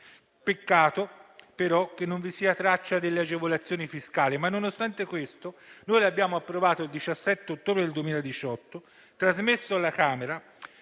Peccato, però, che non vi sia traccia delle agevolazioni fiscali. Nonostante questo, l'abbiamo approvato il 17 ottobre 2018 e l'abbiamo trasmesso alla Camera,